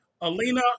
Alina